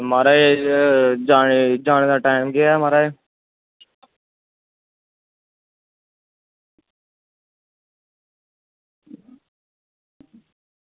म्हाराज जाने दा टैम केह् ऐ म्हाराज